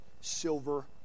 silver